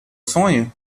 sonho